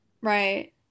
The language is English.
Right